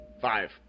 Five